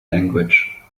language